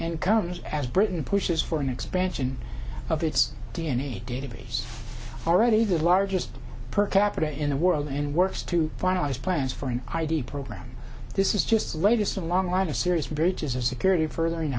it comes as britain pushes for an expansion of its d n a database already the largest per capita in the world and works to finalize plans for an id program this is just the latest in a long line of serious breaches of security further in